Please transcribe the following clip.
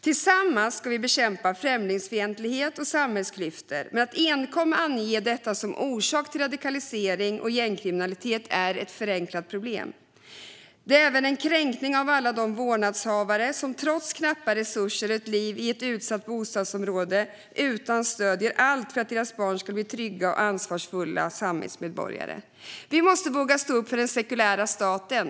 Tillsammans ska vi bekämpa främlingsfientlighet och samhällsklyftor, men att enkom ange detta som orsak till radikalisering och gängkriminalitet är att förenkla problemet. Det är även en kränkning av alla vårdnadshavare som trots knappa resurser, ett liv i ett utsatt bostadsområde och utan stöd gör allt för att deras barn ska bli trygga och ansvarsfulla samhällsmedborgare. Vi måste våga stå upp för den sekulära staten.